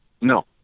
No